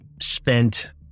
spent